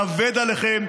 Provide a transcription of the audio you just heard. כבד עליכם.